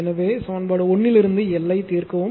எனவே சமன்பாடு 1 லிருந்து L ஐ தீர்க்கவும்